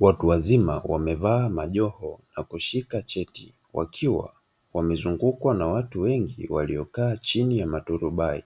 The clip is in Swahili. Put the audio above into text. Watu wazima wamevaa majoho na kushika cheti wakiwa wamezungukwa na watu wengi waliokaa chini ya maturubai